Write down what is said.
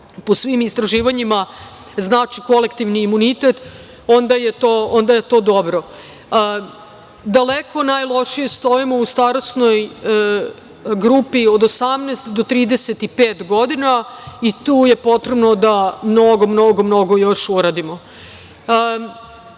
po svim istraživanjima, znači kolektivni imunitet, onda je to dobro. Daleko najlošije stojimo u starosnoj grupi od 18 do 35 godina i tu je potrebno da mnogo, mnogo još uradimo. Grad